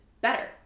better